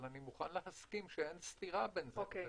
אבל אני מוכן להסכים שאין סתירה בין זה לזה.